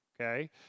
okay